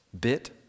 bit